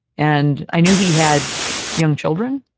and i knew he had young children.